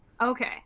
Okay